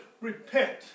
repent